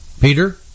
Peter